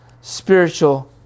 spiritual